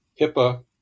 HIPAA